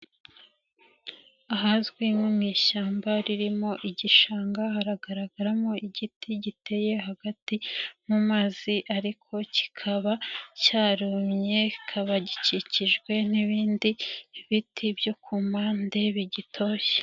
Ahazwi nko mu ishyamba ririmo igishanga haragaragaramo igiti giteye hagati mu mazi ariko kikaba cyarumye kikaba gikikijwe n'ibindi biti byo ku mpande bigitoshye.